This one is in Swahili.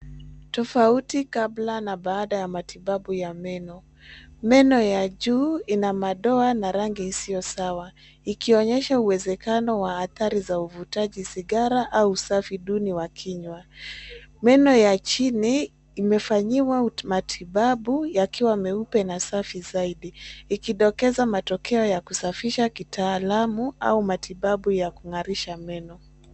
Tofauti kabla na baada ya matibabu ya meno. Meno ya juu ina madoa na rangi isiyo sawa, ikionyesha uwezekano wa athari za uvutaji sigara au usafi duni wa kinywa. Meno ya chini imefanyiwa matibabu yakiwa meupe na safi zaidi, ikidokeza matokea ya kusafisha kitaalamu au matibabu ya kung'arisha meno.